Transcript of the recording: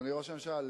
אדוני ראש הממשלה,